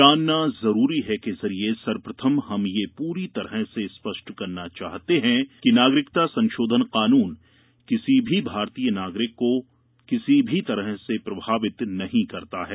जानना जरूरी है के जरिए सर्वप्रथम हम ये पूरी तरह से स्पष्ट करना चाहते है कि नागरिकता संशोधन कानून किसी भी भारतीय नागरिक को किसी भी तरह से प्रभावित नहीं करता है